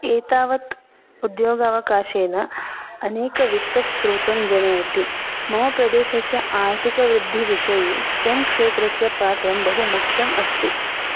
एतावत् उद्योगावकाशेन अनेकवित्तस्रोतं जनयति मम प्रदेशस्य आर्थिकवृद्धिविषये स्टेम् क्षेत्रस्य पात्रं बहु मुख्यं अस्ति